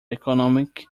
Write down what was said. economic